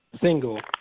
single